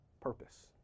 purpose